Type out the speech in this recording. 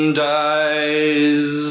dies